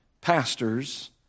pastors